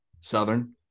Southern